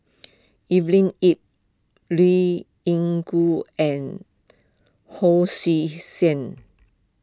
Evelyn Ip Liew Yingru and Hon Sui Sen